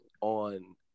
on